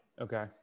Okay